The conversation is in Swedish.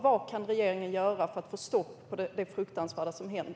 Vad kan regeringen göra för att få stopp på det fruktansvärda som händer?